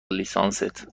لیسانست